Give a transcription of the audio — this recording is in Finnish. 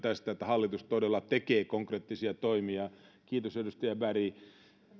siitä että hallitus todella tekee konkreettisia toimia kiitos edustaja berg